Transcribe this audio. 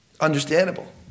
Understandable